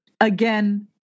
Again